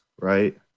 right